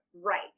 Right